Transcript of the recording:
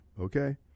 okay